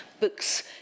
books